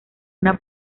una